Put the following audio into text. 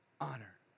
honor